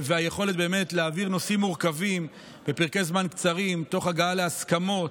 והיכולת להעביר נושאים מורכבים בפרקי זמן קצרים תוך הגעה להסכמות,